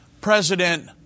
President